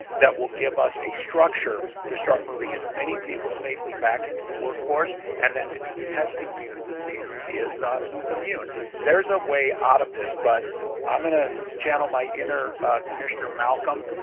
that will give us a structure to start moving as many people safely back into the workforce and then to be testing people to see who is who is immune. are there is a way out of this but i'm going to channel my inner commissioner malcolm,